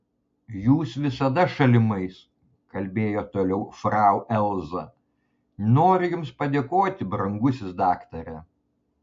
jūs visada šalimais kalbėjo toliau frau elza noriu jums padėkoti brangusis daktare